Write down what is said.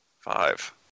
Five